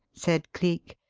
said cleek.